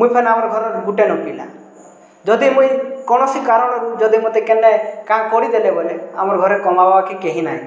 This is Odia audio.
ମୁଇଁ ଫେଣେ ଆମର୍ ଗୁଟେନୁ ପିଲା ଯଦି ମୁଇଁ କୌଣସି କାରଣ ରୁ ଯଦି ମୋତେ କେନେ କାଁ କରିଦେଲେ ବୋଲେ ଆମ ଘରେ କମାବା କେ କେହି ନାହିଁ